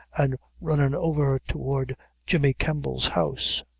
and runnin' over toward jemmy campel's house